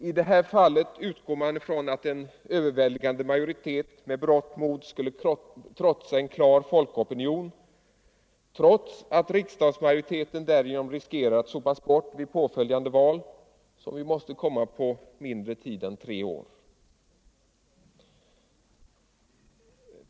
I det här fallet utgår man ifrån att en överväldigande majoritet med berått mod skulle gå emot en klar folkopinion, trots att riksdagsmajoriteten därigenom riskerar att sopas bort vid det val som måste följa inom tre år.